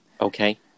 Okay